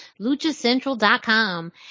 luchacentral.com